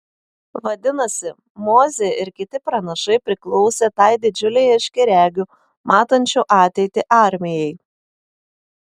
vadinasi mozė ir kiti pranašai priklausė tai didžiulei aiškiaregių matančių ateitį armijai